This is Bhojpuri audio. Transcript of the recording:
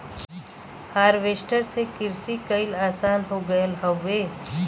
हारवेस्टर से किरसी कईल आसान हो गयल हौवे